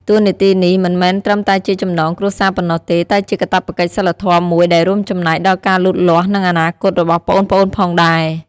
តួនាទីនេះមិនមែនត្រឹមតែជាចំណងគ្រួសារប៉ុណ្ណោះទេ តែជាកាតព្វកិច្ចសីលធម៌មួយដែលរួមចំណែកដល់ការលូតលាស់ និងអនាគតរបស់ប្អូនៗផងដែរ ។